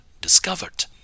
discovered